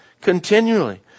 continually